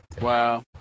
Wow